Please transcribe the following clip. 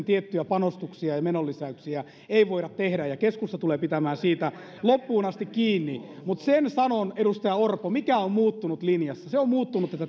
tiettyjä panostuksia ja menonlisäyksiä ei voida tehdä keskusta tulee pitämään siitä loppuun asti kiinni mutta sen sanon edustaja orpo mikä on muuttunut linjassa se on muuttunut että